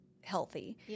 healthy